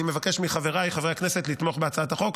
אני מבקש מחבריי חברי הכנסת לתמוך בהצעת החוק.